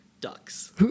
Ducks